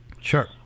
Sure